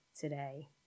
today